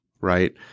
right